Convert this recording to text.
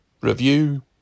review